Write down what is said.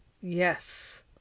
Yes